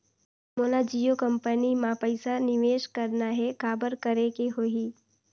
मोला जियो कंपनी मां पइसा निवेश करना हे, काबर करेके होही?